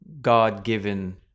God-given